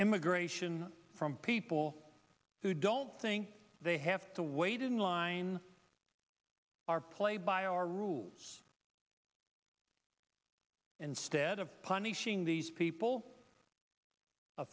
immigration from people who don't think they have to wait in line our play by our rules instead of punishing these people a